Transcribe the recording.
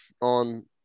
on